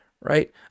right